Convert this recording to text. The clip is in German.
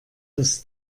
das